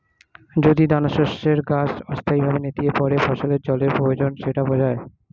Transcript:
যদি দানাশস্যের গাছ অস্থায়ীভাবে নেতিয়ে পড়ে ফসলের জলের প্রয়োজন সেটা বোঝায়